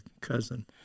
cousin